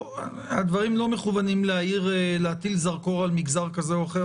הדברים לא מכוונים להטיל זרקור על מגזר כזה או אחר,